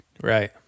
Right